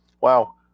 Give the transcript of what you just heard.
wow